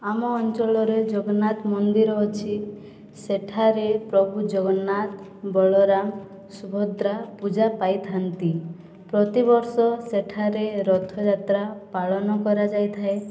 ଆମ ଅଞ୍ଚଳରେ ଜଗନ୍ନାଥ ମନ୍ଦିର ଅଛି ସେଠାରେ ପ୍ରଭୁ ଜଗନ୍ନାଥ ବଳରାମ ସୁଭଦ୍ରା ପୂଜା ପାଇଥାନ୍ତି ପ୍ରତିବର୍ଷ ସେଠାରେ ରଥଯାତ୍ରା ପାଳନ କରାଯାଇଥାଏ